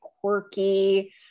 quirky